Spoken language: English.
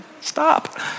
stop